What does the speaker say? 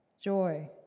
joy